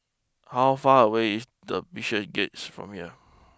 how far away is the Bishopsgate's from here